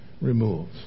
removed